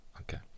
Okay